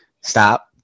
stop